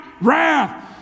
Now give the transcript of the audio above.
wrath